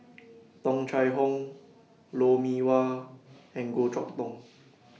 Tung Chye Hong Lou Mee Wah and Goh Chok Tong